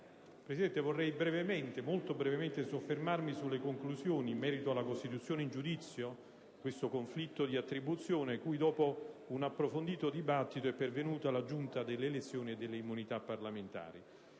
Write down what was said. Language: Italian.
Presidente, vorrei molto brevemente soffermarmi sulle conclusioni in merito alla scelta della costituzione in giudizio in questo conflitto di attribuzione, cui, dopo un approfondito dibattito, è pervenuta la Giunta delle elezioni e delle immunità parlamentari.